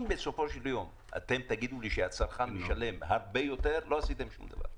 אם בסופו של יום תגידו שהצרכן משלם הרבה יותר לא עשיתם שום דבר.